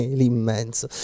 l'immenso